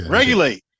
Regulate